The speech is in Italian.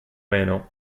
meno